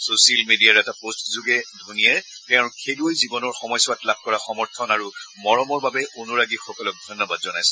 social মিডিয়াৰ এটা পোট্টযোগে ধোনীয়ে তেওঁৰ খেলুৱৈ জীৱনৰ সময়ছোৱাত লাভ কৰা সমৰ্থন আৰু মৰমৰ বাবে অনুৰাগীসকলক ধন্যবাদ জনাইছে